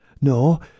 No